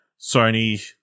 Sony